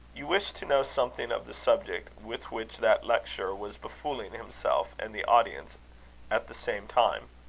you wished to know something of the subject with which that lecturer was befooling himself and the audience at the same time.